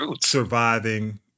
surviving